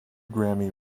grammy